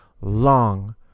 long